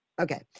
okay